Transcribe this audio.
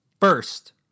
First